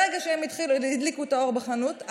ברגע שהם הדליקו את האור בחנות,